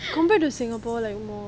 compared to singapore like !wah!